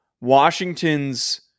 Washington's